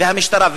והמשטרה,